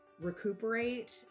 recuperate